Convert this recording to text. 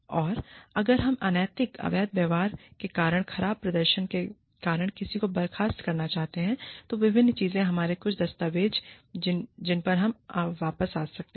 और अगर हम अनैतिक अवैध व्यवहार के कारण खराब प्रदर्शन के कारण किसी को बर्खास्त करना चाहते हैं तो विभिन्न चीजों में हमारे पास कुछ दस्तावेज़ हैं जिन पर हम वापस आ सकते हैं